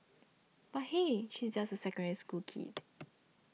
but hey she is just a Secondary School kid